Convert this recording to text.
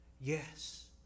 yes